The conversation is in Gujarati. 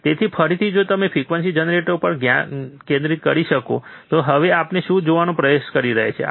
તેથી ફરી જો તમે ફ્રીક્વન્સી જનરેટર પર ધ્યાન કેન્દ્રિત કરી શકો તો હવે આપણે શું કરવાનો પ્રયાસ કરી રહ્યા છીએ